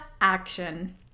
action